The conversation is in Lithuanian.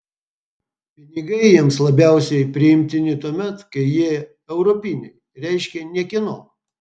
pinigai jiems labiausiai priimtini tuomet kai jie europiniai reiškia niekieno